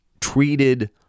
treated